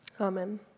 Amen